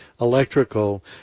electrical